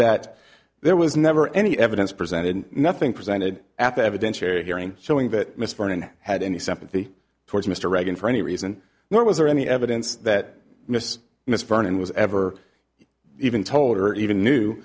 that there was never any evidence presented nothing presented at the evidentiary hearing showing that mr in had any sympathy towards mr reagan for any reason nor was there any evidence that miss miss vernon was ever even told or even knew